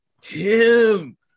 Tim